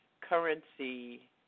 currency